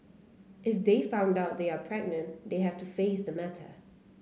if they find out they are pregnant they have to face the matter